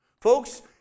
folks